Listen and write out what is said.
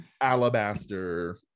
alabaster